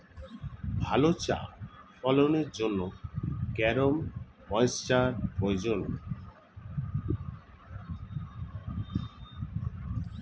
ভালো চা ফলনের জন্য কেরম ময়স্চার প্রয়োজন?